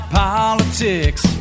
politics